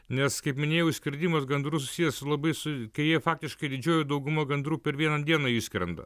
nes kaip minėjau išskridimas gandrų susijęs labai su kai jie faktiškai didžioji dauguma gandrų per vieną dieną išskrenda